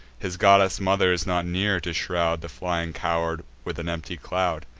his goddess mother is not near, to shroud the flying coward with an empty cloud.